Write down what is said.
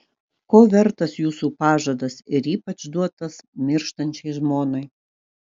ko vertas jūsų pažadas ir ypač duotas mirštančiai žmonai